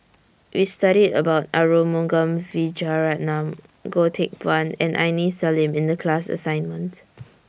We studied about Arumugam Vijiaratnam Goh Teck Phuan and Aini Salim in The class assignment